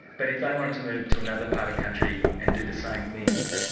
but if they wanted to move to another part of country and do the same thing,